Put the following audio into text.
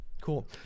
Cool